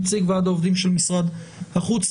נציג ועד עובדי משרד החוץ.